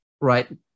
right